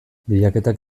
bilaketak